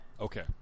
Okay